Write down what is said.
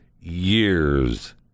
years